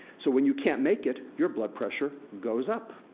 so, when you can't make it, your blood pressure goes up.